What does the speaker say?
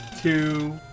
two